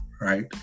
right